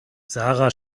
sara